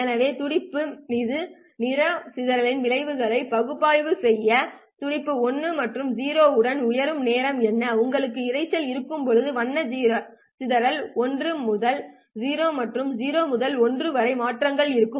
எனவே துடிப்பு மீது நிற சிதறலின் விளைவுகளை பகுப்பாய்வு செய்ய துடிப்பு 1 மற்றும் 0 உடன் உயரும் நேரம் என்ன உங்களுக்கு இரைச்சல் இருக்கும்போது வண்ண சிதறல் 1 முதல் 0 மற்றும் 0 முதல் 1 வரை மாற்றங்கள் இருக்கும்